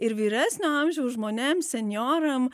ir vyresnio amžiaus žmonėms senjoram